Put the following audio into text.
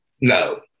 no